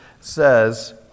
says